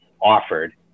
offered